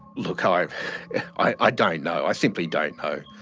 look, i i don't know. i simply don't know.